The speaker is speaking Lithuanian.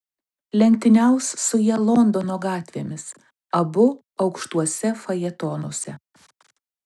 lenktyniaus su ja londono gatvėmis abu aukštuose fajetonuose